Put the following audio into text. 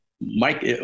mike